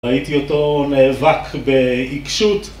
ראיתי אותו נאבק בעיקשות